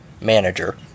manager